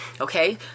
Okay